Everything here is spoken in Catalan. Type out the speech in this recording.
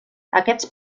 aquests